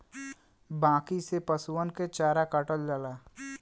बांकी से पसुअन के चारा काटल जाला